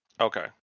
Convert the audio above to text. Okay